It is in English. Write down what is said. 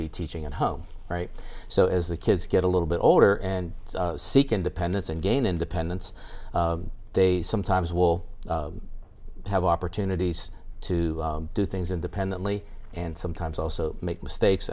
be teaching at home right so as the kids get a little bit older and seek independence and gain independence they sometimes will have opportunities to do things independently and sometimes also make mistakes